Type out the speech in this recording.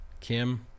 Kim